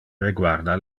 reguarda